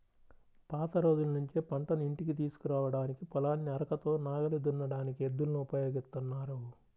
పాత రోజుల్నుంచే పంటను ఇంటికి తీసుకురాడానికి, పొలాన్ని అరకతో నాగలి దున్నడానికి ఎద్దులను ఉపయోగిత్తన్నారు